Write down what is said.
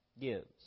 gives